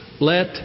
Let